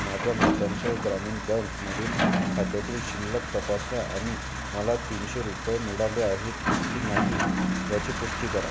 माझ्या मध्यांचल ग्रामीण बँकमधील खात्यातील शिल्लक तपासा आणि मला तीनशे रुपये मिळाले आहेत की नाही याची पुष्टी करा